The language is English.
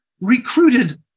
recruited